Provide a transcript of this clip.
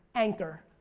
anchor.